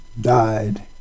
died